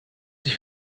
sich